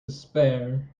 despair